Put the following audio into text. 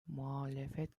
muhalefet